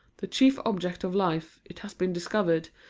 the chief object of life, it has been discovered,